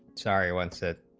sorry one said,